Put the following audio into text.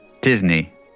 Disney